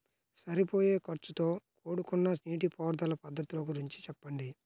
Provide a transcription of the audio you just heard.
సరిపోయే ఖర్చుతో కూడుకున్న నీటిపారుదల పద్ధతుల గురించి చెప్పండి?